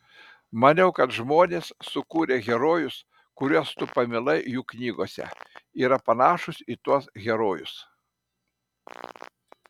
maniau kad žmonės sukūrę herojus kuriuos tu pamilai jų knygose yra panašūs į tuos herojus